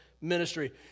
ministry